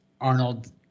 Arnold